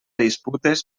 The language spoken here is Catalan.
disputes